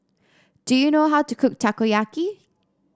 do you know how to cook Takoyaki